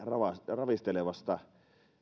ravistelevasta